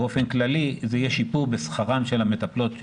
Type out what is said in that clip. ובאופן כללי יהיה שיפור בשכרן של המטפלות,